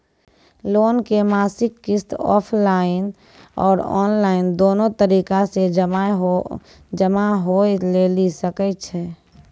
Loan के मासिक किस्त ऑफलाइन और ऑनलाइन दोनो तरीका से जमा होय लेली सकै छै?